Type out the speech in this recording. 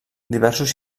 diversos